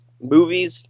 movies